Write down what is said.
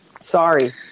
Sorry